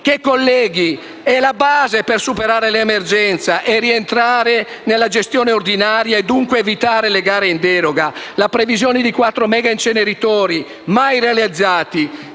è - colleghi - la base per superare l'emergenza e rientrare nella gestione ordinaria ed evitare le gare in deroga. La previsione di quattro mega inceneritori, mai realizzati,